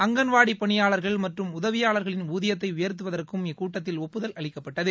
அங்கன்வாடி பணியாளர்கள் மற்றும் உதவியாளர்களின் ஊதியத்தை உயர்த்துவதற்கும் இக்கூட்டத்தில் ஒப்புதல் அளிக்கப்பட்டது